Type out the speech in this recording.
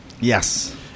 Yes